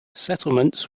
settlements